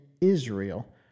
Israel